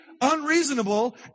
unreasonable